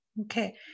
Okay